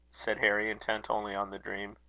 said harry, intent only on the dream.